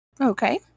okay